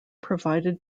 provided